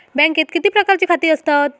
बँकेत किती प्रकारची खाती असतत?